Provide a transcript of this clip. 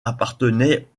appartenait